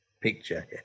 picture